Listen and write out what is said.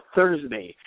Thursday